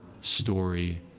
story